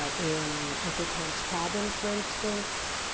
ah in uncle tom's cabin, for instance,